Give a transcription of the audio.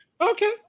Okay